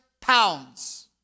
pounds